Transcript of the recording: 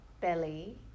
belly